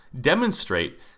demonstrate